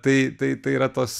tai tai tai yra tos